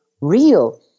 real